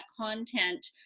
content